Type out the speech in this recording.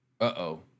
Uh-oh